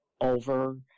over